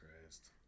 Christ